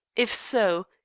if so,